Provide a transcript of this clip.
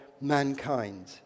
mankind